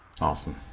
awesome